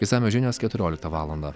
išsamios žinios keturioliktą valandą